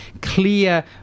clear